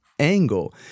angle